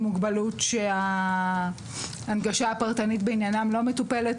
מוגבלות שההנגשה הפרטנית בעניינם לא מטופלת,